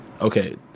Okay